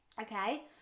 Okay